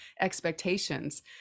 expectations